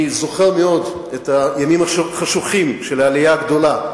אני זוכר מאוד את הימים החשוכים של העלייה הגדלה,